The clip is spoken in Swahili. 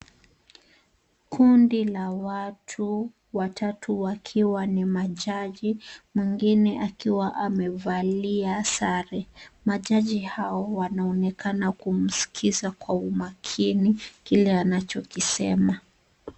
Kundi la watu, watatu wakiwa ni majaji mwingine akiwa amevalia sare. Majaji hao wanaonekana kumsikiza kwa umakini kile anachokisema.